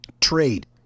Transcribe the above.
trade